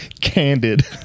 Candid